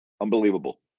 Unbelievable